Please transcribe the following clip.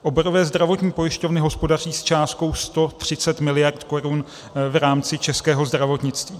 Oborové zdravotní pojišťovny hospodaří s částkou 130 miliard korun v rámci českého zdravotnictví.